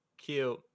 Cute